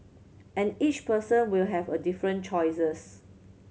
and each person will have a different choices